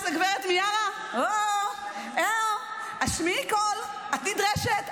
אז, הגברת מיארה, השמיעי קול, את נדרשת.